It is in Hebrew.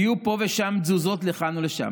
היו פה ושם תזוזות לכאן או לשם,